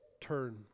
turn